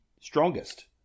strongest